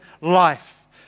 life